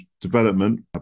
development